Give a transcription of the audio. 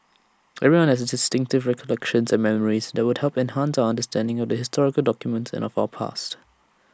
everyone has distinctive recollections and memories that would help enhance our understanding of the historical documents and of our past